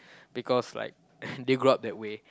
because like they grow up that way